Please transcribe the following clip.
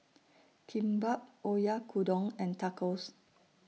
Kimbap Oyakodon and Tacos